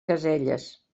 caselles